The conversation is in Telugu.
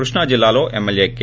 కృష్ణా జిల్లాలో ఎమ్మెల్యే కె